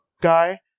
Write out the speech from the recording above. guy